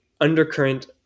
undercurrent